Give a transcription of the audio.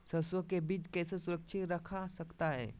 सरसो के बीज कैसे सुरक्षित रखा जा सकता है?